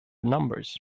numbers